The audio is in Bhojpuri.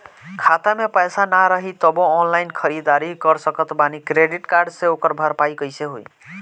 खाता में पैसा ना रही तबों ऑनलाइन ख़रीदारी कर सकत बानी क्रेडिट कार्ड से ओकर भरपाई कइसे होई?